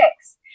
six